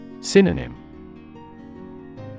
Synonym